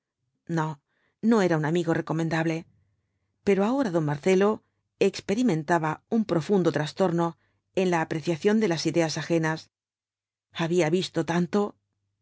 no no era un amigo recomendable pero ahora don marcelo experimentaba un profundo trastorno en la apreciación de las ideas ajenas había visto tanto